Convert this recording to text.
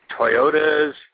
Toyota's